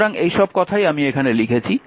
সুতরাং এই সব কথাই আমি এখানে লিখেছি